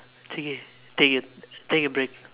it's okay take take a break